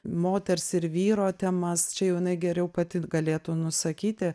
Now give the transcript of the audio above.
moters ir vyro temas čia jau jinai geriau pati galėtų nusakyti